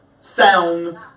sound